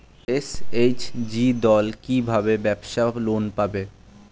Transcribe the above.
SHG দল কী ভাবে ব্যাবসা লোন পাবে?